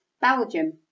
Belgium